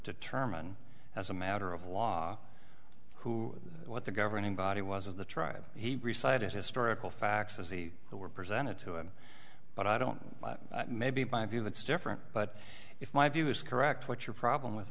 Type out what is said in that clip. determine as a matter of law who what the governing body was of the tribe he resigned as historical facts as they were presented to him but i don't know maybe by a view that's different but if my view is correct what's your problem with